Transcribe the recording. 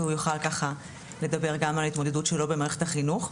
והוא יוכל גם לדבר על ההתמודדות שלו במערכת החינוך.